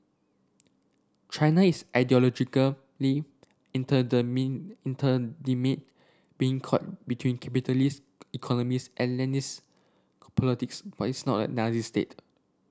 China is ideologically being caught between capitalist economics and Leninist politics but it is not a Nazi state